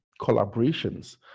collaborations